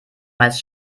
meist